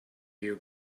you